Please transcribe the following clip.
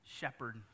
shepherd